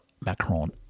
Macron